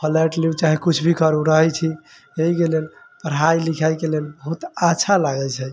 flat लू चाहे कुछ भी करू रहै छी एहिके लेल पढ़ाइ लिखाइ के लेल बहुत अच्छा लागै छै औ आओर